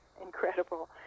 incredible